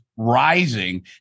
rising